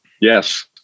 Yes